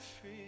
free